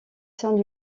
saint